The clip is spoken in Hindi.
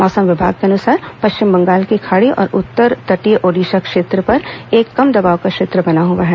मौसम विभाग के अनुसार पश्चिम बंगाल की खाड़ी और उत्तर तटीय ओडिशा क्षेत्र पर एक कम दबाव का क्षेत्र बना हुआ है